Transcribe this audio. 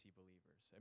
believers